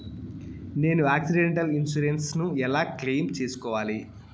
నేను accidental insurance ను ఎలా క్లెయిమ్ సేయాలి?